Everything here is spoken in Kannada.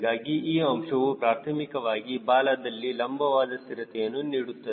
ಹೀಗಾಗಿ ಈ ಅಂಶವು ಪ್ರಾರ್ಥಮಿಕವಾಗಿ ಬಾಲದಲ್ಲಿ ಲಂಬವಾದ ಸ್ಥಿರತೆಯನ್ನು ನೀಡುತ್ತದೆ